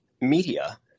media